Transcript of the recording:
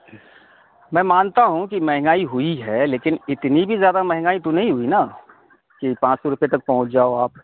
میں مانتا ہوں کہ مہنگائی ہوئی ہے لیکن اتنی بھی زیادہ مہنگائی تو نہیں ہوئی نا کہ پانچ سو روپے تک پہنچ جاؤ آپ